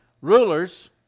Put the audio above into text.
rulers